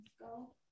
go